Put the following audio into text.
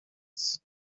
said